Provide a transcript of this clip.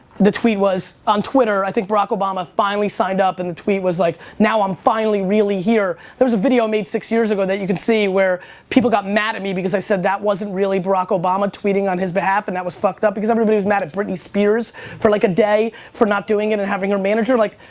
the tweet was on twitter i think barak obama finally signed up and the tweet was like, now, i'm finally really here. there's a video made six years ago that you can see where people got mad at me because i said that wasn't really barack obama tweeting on his behalf and that was fucked up because everybody was mad at britney spears for like a day for not doing it and having her manager. and like,